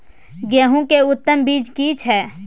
गेहूं के उत्तम बीज की छै?